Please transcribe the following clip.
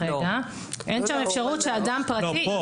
אין שם אפשרות שאדם פרטי יבקש.